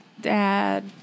dad